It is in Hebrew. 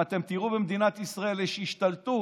אם אתם תראו, במדינת ישראל יש השתלטות.